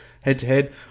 head-to-head